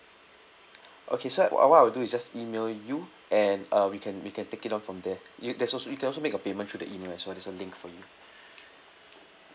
okay sir uh what I will do is just email you and uh we can we can take it on from there you there's also you can also make a payment through the email as well there's a link for you